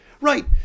Right